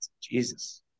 Jesus